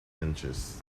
inches